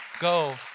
go